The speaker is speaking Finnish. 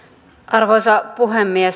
arvoisa puhemies